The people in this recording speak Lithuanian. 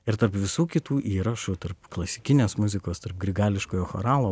ir tarp visų kitų įrašų tarp klasikinės muzikos tarp grigališkojo choralo